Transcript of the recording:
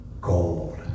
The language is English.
gold